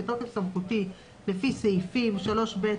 בתוקף סמכותי לפי סעיפים 3(ב),